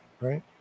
Right